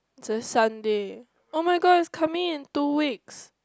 just Sunday [oh]-my-god is coming in two weeks